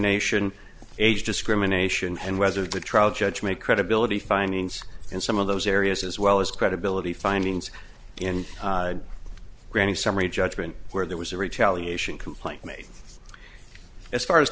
discrimination age discrimination and whether the trial judge made credibility findings in some of those areas as well as credibility findings in granting summary judgment where there was a retaliation complaint made as far as